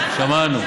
שמענו.